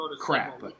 crap